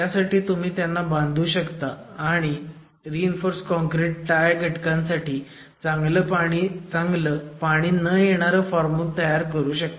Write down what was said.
त्यासाठी तुम्ही त्यांना बांधू शकता आणि RC टाय घटकासाठी चांगलं पाणी न येणारं फॉर्मवर्क तयार करू शकता